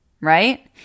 Right